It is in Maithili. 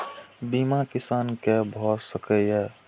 बीमा किसान कै भ सके ये?